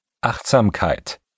Achtsamkeit